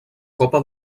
copa